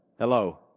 Hello